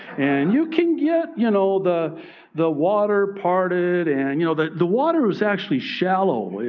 and you can get, you know, the the water parted. and you know that the water is actually shallow,